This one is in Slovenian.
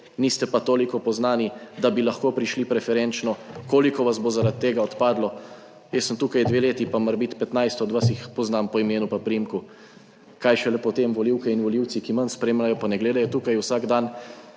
niste pa toliko poznani, da bi lahko prišli preferenčno, koliko vas bo zaradi tega odpadlo? Jaz sem tukaj dve leti pa morebiti 15 od vas jih poznam po imenu in priimku, kaj šele potem volivke in volivci, ki manj spremljajo pa ne gledajo tukaj vsak dan.